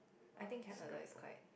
I think Canada is quite